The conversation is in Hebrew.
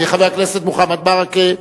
חבר הכנסת מוחמד ברכה,